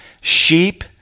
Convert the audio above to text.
Sheep